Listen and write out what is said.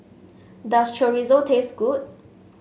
does Chorizo taste good